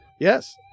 Yes